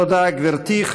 תודה, גברתי.